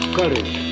courage